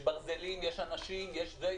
יש ברזלים, יש אנשים וכולי.